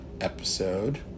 episode